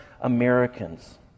Americans